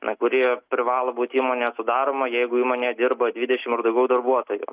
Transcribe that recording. kuri privalo būti įmonėj sudaroma jeigu įmonėj dirba dvidešimt ir daugiau darbuotojų